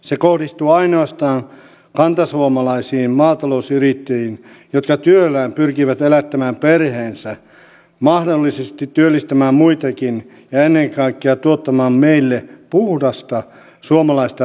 se kohdistuu ainoastaan kantasuomalaisiin maatalousyrittäjiin jotka työllään pyrkivät elättämään perheensä mahdollisesti työllistämään muitakin ja ennen kaikkea tuottamaan meille puhdasta suomalaista ruokaa